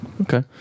Okay